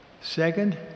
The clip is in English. Second